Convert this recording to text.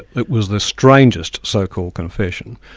it was the strangest so-called confession,